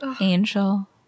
Angel